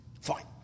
Fine